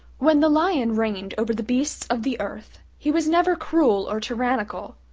when the lion reigned over the beasts of the earth he was never cruel or tyrannical,